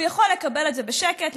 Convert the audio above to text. הוא יכול לקבל את זה בשקט,